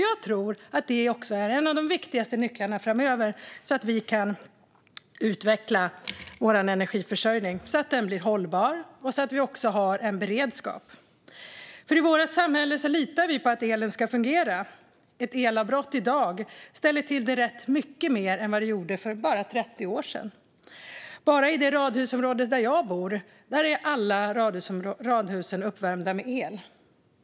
Jag tror nämligen att det är en av de viktigaste nycklarna för att vi framöver ska kunna utveckla vår energiförsörjning så att den blir hållbar och så att vi har en beredskap. I vårt samhälle litar vi nämligen på att elen ska fungera. Ett elavbrott i dag ställer till det rätt mycket mer än vad det gjorde för bara 30 år sedan. Bara i det radhusområde där jag bor är alla radhusen uppvärmda med el.